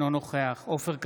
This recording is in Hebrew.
אינו נוכח עופר כסיף,